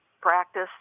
practice